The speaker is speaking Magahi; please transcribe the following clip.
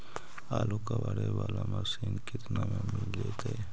आलू कबाड़े बाला मशीन केतना में मिल जइतै?